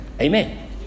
Amen